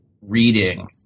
reading